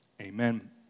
amen